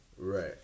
Right